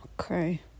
Okay